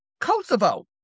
Kosovo